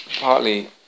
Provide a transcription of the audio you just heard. partly